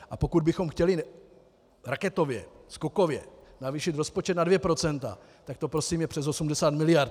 A pokud bychom chtěli raketově, skokově, navýšit rozpočet na 2 %, tak to prosím je přes 80 miliard.